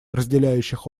разделяющих